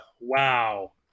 Wow